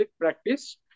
practice